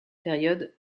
période